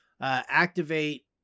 activate